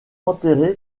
enterré